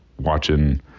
watching